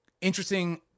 Interesting